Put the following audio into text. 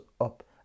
up